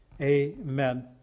Amen